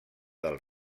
del